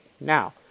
Now